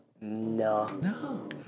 No